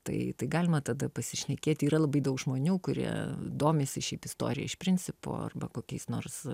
tai galima tada pasišnekėti yra labai daug žmonių kurie domisi šiaip istorija iš principo arba kokiais nors